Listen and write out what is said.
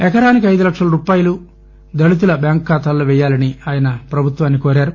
ఎకరానికి ఐదు లక్షల రూపాయలు దళితుల బ్యాంక్ ఖాతాలో పెయ్యాలని ఆయన ప్రభుత్వాన్ని కోరారు